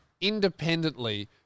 independently